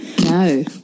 No